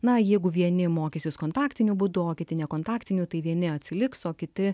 na jeigu vieni mokysis kontaktiniu būdu o kiti nekontaktiniu tai vieni atsiliks o kiti